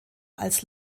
als